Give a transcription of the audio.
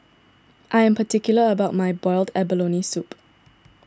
I am particular about my Boiled Abalone Soup